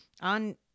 on